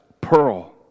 pearl